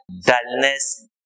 dullness